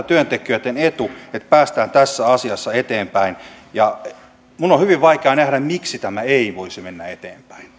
työntekijöitten etu että päästään tässä asiassa eteenpäin minun on hyvin vaikea nähdä miksi tämä ei voisi mennä eteenpäin